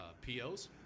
POs